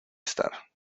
estar